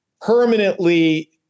permanently